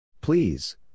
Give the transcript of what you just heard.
Please